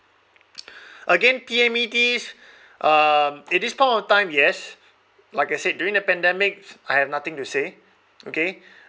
again P_M_E_Ts um at this point of time yes like I said during the pandemic I have nothing to say okay